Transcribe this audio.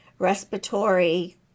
respiratory